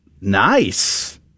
Nice